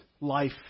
life